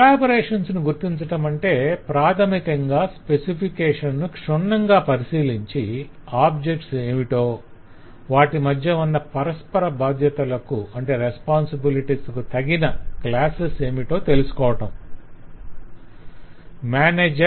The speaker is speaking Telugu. కొలాబరేషన్స్ ను గుర్తించటమంటే ప్రాధమికంగా స్పెసిఫికేషన్ ను క్షుణ్ణంగా పరిశీలించి ఆబ్జెక్ట్స్ ఏమిటో వాటి మధ్య ఉన్న పరస్పర బాధ్యతలకు రెస్పొంసిబిలిటీస్ తగిన క్లాసెస్ ఏమిటో తెలుసుకోవటం